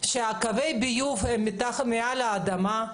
שקווי הביוב הם מעל האדמה?